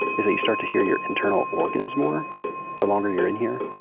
is that you start to hear your internal organs more the longer you're in here.